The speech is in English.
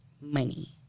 money